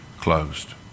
closed